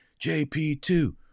JP2